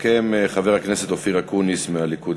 יסכם חבר הכנסת אופיר אקוניס מהליכוד,